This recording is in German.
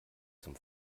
zum